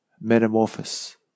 Metamorphosis